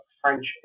French